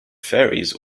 ferries